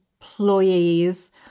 employees